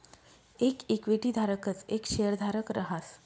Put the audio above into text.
येक इक्विटी धारकच येक शेयरधारक रहास